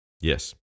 Yes